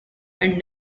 and